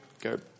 go